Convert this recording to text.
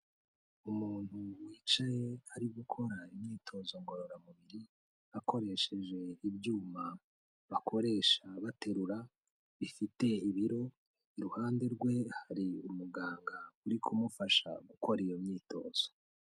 Umuntu wicaye ari gukora imyitozo ngororamubiri akoresheje ibyuma bakoresha baterura bifite ibiro, iruhande rwe hari umuganga uri kumufasha gukora iyo myitozo.